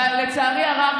ולצערי הרב,